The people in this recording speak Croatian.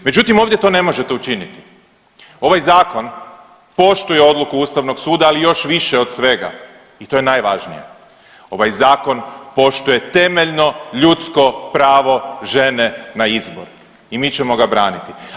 Međutim, ovdje to ne možete učiniti, ovaj zakon poštuje odluku ustavnog suda, ali još više od svega i to je najvažnije, ovaj zakon poštuje temeljno ljudsko pravo žena na izbor i mi ćemo ga braniti.